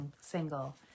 single